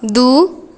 दू